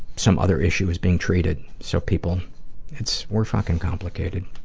some other issue is being treated, so people it's we're fuckin' complicated.